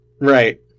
Right